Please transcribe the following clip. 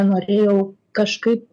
norėjau kažkaip